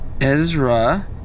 Ezra